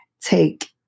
take